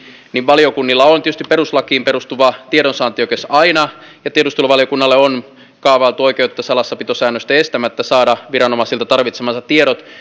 valiokunnilla on tietysti perustuslakiin perustuva tiedonsaantioikeus aina ja tiedusteluvaliokunnalle on kaavailtu oikeutta salassapitosäännösten estämättä saada viranomaisilta tarvitsemansa tiedot